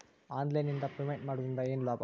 Online ನಿಂದ payment ಮಾಡುವುದರಿಂದ ಏನು ಲಾಭ?